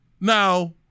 Now